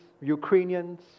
Ukrainians